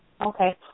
Okay